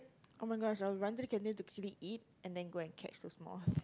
oh-my-gosh I will run to the canteen to quickly eat and then go and catch those moths